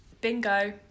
Bingo